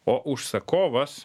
o užsakovas